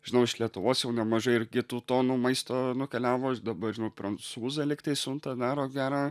žinau iš lietuvos jau nemažai irgi tų tonų maisto nukeliavo dabar žinau prancūzai lyg tai siuntą daro gerą